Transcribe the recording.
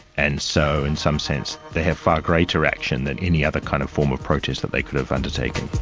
and so in some sense they have far greater action than any other kind of form of protest that they could have undertaken.